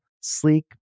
sleek